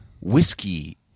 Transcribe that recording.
Whiskey